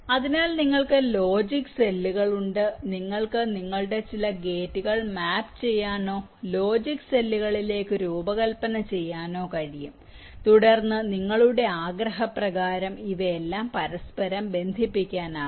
അതിനാൽ നിങ്ങൾക്ക് ലോജിക് സെല്ലുകൾ ഉണ്ട് നിങ്ങൾക്ക് നിങ്ങളുടെ ചില ഗേറ്റുകൾ മാപ്പ് ചെയ്യാനോ ലോജിക് സെല്ലുകളിലേക്ക് രൂപകൽപ്പന ചെയ്യാനോ കഴിയും തുടർന്ന് നിങ്ങളുടെ ആഗ്രഹപ്രകാരം ഇവയെല്ലാം പരസ്പരം ബന്ധിപ്പിക്കാനാകും